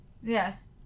Yes